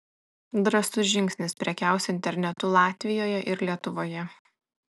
drąsus žingsnis prekiaus internetu latvijoje ir lietuvoje